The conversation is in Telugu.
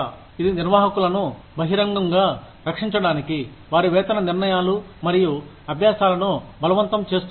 ఇది నిర్వాహకులను బహిరంగంగా రక్షించడానికి వారి వేతన నిర్ణయాలు మరియు అభ్యాసాలను బలవంతం చేస్తుంది